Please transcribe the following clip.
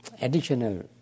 additional